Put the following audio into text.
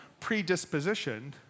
predispositioned